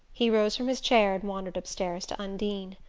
he rose from his chair and wandered upstairs to undine.